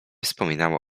wspominała